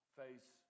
face